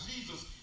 Jesus